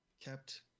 kept